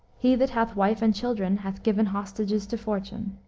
he that hath wife and children hath given hostages to fortune.